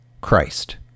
Christ